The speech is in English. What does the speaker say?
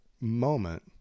moment